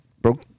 broke